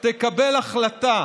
תקבל החלטה,